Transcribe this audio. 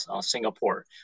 Singapore